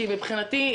מבחינתי,